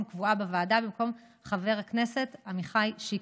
קבועה בוועדה במקום חבר הכנסת עמיחי שיקלי,